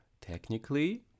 technically